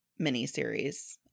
miniseries